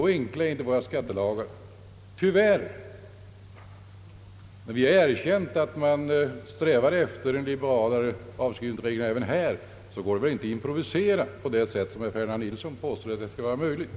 Jag yrkar bifall till utskottets hemställan.